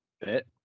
bit